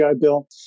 Bill